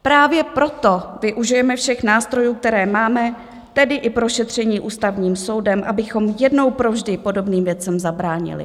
Právě proto využijeme všech nástrojů, které máme, tedy i prošetření Ústavním soudem, abychom jednou provždy podobným věcem zabránili.